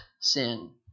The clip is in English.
sin